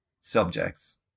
subjects